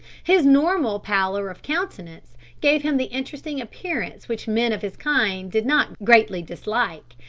his normal pallor of countenance gave him the interesting appearance which men of his kind did not greatly dislike,